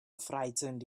frightened